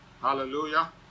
hallelujah